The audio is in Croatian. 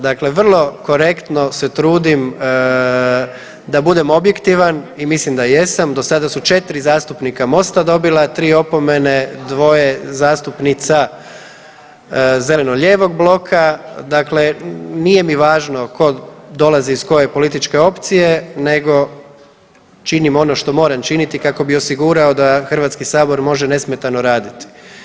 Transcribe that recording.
Dakle, vrlo korektno se trudim da budem objektivan i mislim da jesam, do sada su četiri zastupnika Mosta dobila tri opomene, dvoje zastupnica zeleno-lijevog bloka dakle nije mi važno ko dolazi iz koje političke opcije nego činim ono što moram činiti kako bi osigurao da HS može nesmetano raditi.